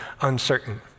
uncertain